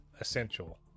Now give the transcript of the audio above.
essential